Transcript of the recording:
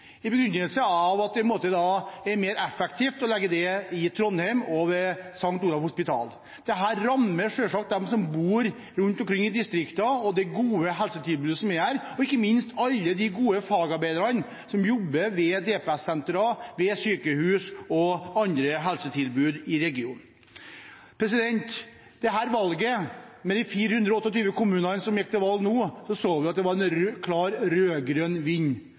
at det er mer effektivt å legge det til Trondheim – til St. Olavs hospital. Dette rammer selvsagt dem som bor rundt omkring i distriktene, og det gode helsetilbudet som er der, og ikke minst alle de gode fagarbeiderne som jobber ved DPS-ene, ved sykehus og andre helsetilbud i regionen. Ved valget nå i de 428 kommunene så vi at det var en klar rød-grønn vind. Det var et klart varsku til høyresiden om at vi